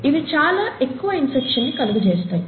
ఇవి చాలా ఎక్కువ ఇన్ఫెక్షన్ ని కలుగజేస్తాయి